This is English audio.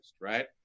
right